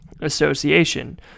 association